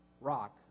rock